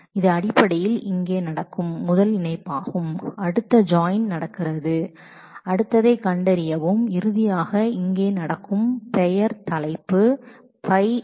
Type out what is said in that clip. இது அடிப்படையில் முதல் ஜாயின் இங்கே நடக்கும் அடுத்த ஜாயின் இங்கு நடக்கிறது அடுத்தது σ கண்டறியவும் இறுதியாக Π nametitle என்பது இது இந்த கொரிகான முடிவைத் தரும்